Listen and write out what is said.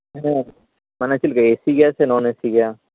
ᱦᱮᱸ ᱢᱟᱱᱮ ᱪᱮᱫ ᱞᱮᱠᱟ ᱮᱥᱤ ᱜᱮᱭᱟ ᱥᱮ ᱱᱚᱱ ᱮᱥᱤ ᱜᱮᱭᱟ